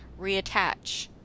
reattach